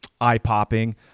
eye-popping